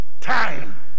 Time